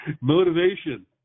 Motivation